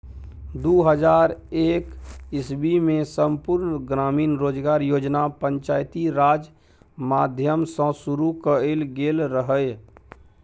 दु हजार एक इस्बीमे संपुर्ण ग्रामीण रोजगार योजना पंचायती राज माध्यमसँ शुरु कएल गेल रहय